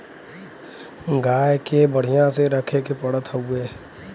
गाय के बढ़िया से रखे के पड़त हउवे